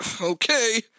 Okay